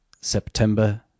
September